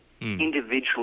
Individually